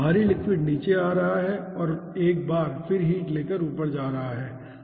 भारी लिक्विड नीचे आ रहा है और एक बार फिर हीट लेकर ऊपर जा रहा है ठीक है